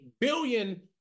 billion